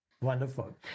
Wonderful